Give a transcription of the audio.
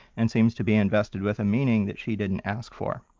and seems to be invested with a meaning that she didn't ask for.